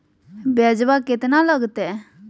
ब्यजवा केतना लगते?